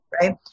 right